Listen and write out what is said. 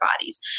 bodies